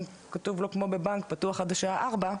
כתוב כמו בבנק "פתוח עד השעה 16:00",